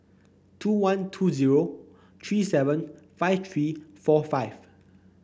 two one two zero three seven five three four five